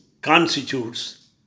constitutes